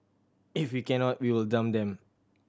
if we cannot we will dump them